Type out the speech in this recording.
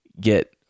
get